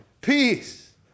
Peace